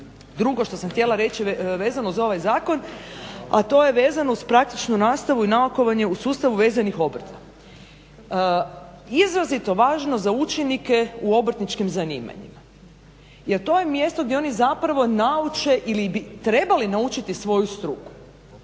Drugo što sam htjela reći vezano za ovaj zakon a to je vezano uz praktičnu nastavu i naukovanje u sustavu vezanih obrta. Izrazito važno za učenike u obrtničkim zanimanjima jer to je mjesto gdje oni zapravo nauče ili bi trebali naučiti svoju struku.